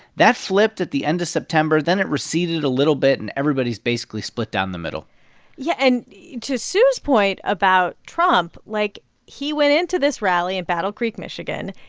that flipped at the end of september, then it receded a little bit, and everybody's basically split down the middle yeah. and to sue's point about trump, like, he went into this rally in battle creek, mich,